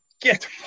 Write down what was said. Get